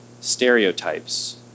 stereotypes